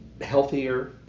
healthier